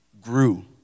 grew